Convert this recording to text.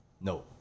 No